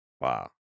Wow